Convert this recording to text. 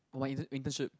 for my inter~ internship